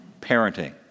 parenting